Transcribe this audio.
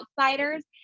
outsiders